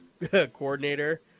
coordinator